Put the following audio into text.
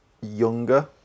younger